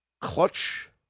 clutch